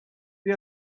the